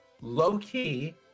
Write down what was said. Low-key